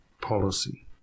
policy